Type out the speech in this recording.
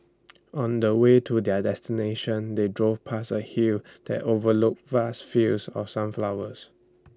on the way to their destination they drove past A hill that overlooked vast fields of sunflowers